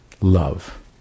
Love